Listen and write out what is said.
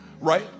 right